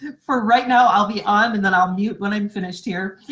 for right now, i'll be on and then i'll mute when i'm finished, here.